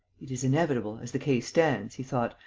it is inevitable, as the case stands, he thought,